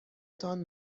تان